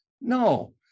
No